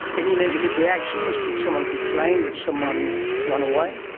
any negative reactions? did someone complain, did someone run away?